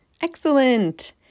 Excellent